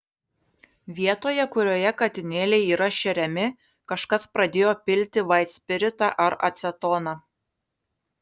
vietoje kurioje katinėliai yra šeriami kažkas pradėjo pilti vaitspiritą ar acetoną